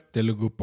Telugu